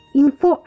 info